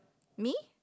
me